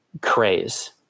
craze